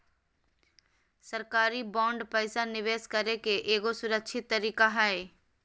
सरकारी बांड पैसा निवेश करे के एगो सुरक्षित तरीका हय